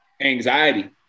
anxiety